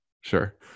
Sure